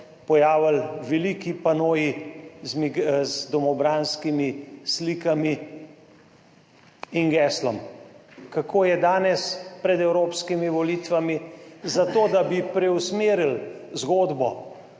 pojavili veliki panoji z domobranskimi slikami in geslom. Kako je danes pred evropskimi volitvami? Zato, da bi preusmerili zgodbo,